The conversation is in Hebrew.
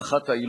אחדות,